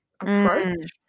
approach